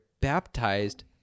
baptized